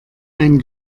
ein